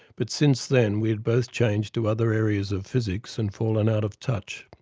but since then we had both changed to other areas of physics and fallen out of touch.